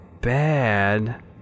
bad